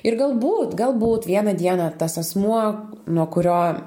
ir galbūt galbūt vieną dieną tas asmuo nuo kurio